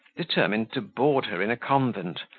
determined to board her in a convent,